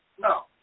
No